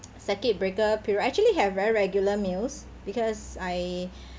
circuit breaker period actually have very regular meals because I